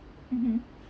mmhmm